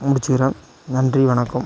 முடிச்சிக்கிறேன் நன்றி வணக்கம்